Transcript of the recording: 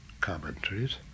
commentaries